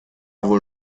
wohl